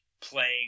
playing